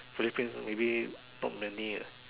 Philippines maybe not many ah